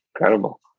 Incredible